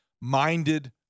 minded